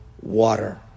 water